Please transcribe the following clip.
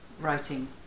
writing